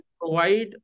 provide